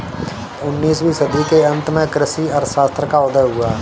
उन्नीस वीं सदी के अंत में कृषि अर्थशास्त्र का उदय हुआ